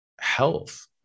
health